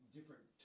Different